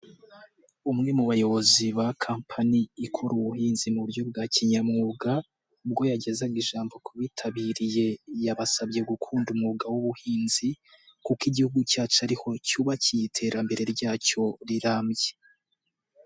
Umwe mu bayobozi ba campani ikora ubuhinzi mu buryo bwa kinyamwuga ubwo yagezaga ijambo ku bitabiriye yabasabye gukunda umwuga w'ubuhinzi kuko igihugu cyacu ari ho cyubakiye iterambere ryacyo rirambye.